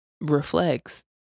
reflects